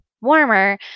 warmer